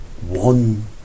one